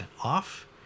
off